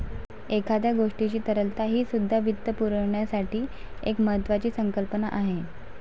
एखाद्या गोष्टीची तरलता हीसुद्धा वित्तपुरवठ्याची एक महत्त्वाची संकल्पना आहे